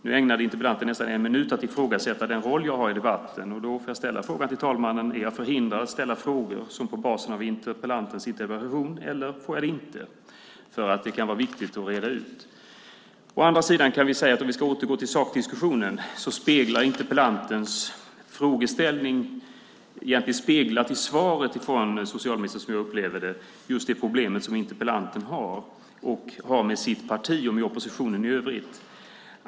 Nu ägnade interpellanten nästan en minut åt att ifrågasätta den roll jag har i debatten. Då får jag ställa frågan till ålderspresidenten: Är jag förhindrad att ställa frågor på basen av interpellantens interpellation eller inte? Det kan vara viktigt att reda ut. Å andra sidan kan vi säga, om vi ska återgå till sakdiskussionen, att egentligen speglas i svaret från socialministern, som jag upplever det, just det problem som interpellanten har med sitt parti och med oppositionen i övrigt.